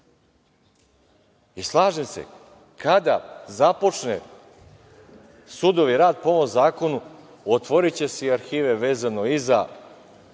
slažem se, kada započnu sudovi rad po ovom zakonu, otvoriće se i arhive vezano za